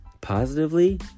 positively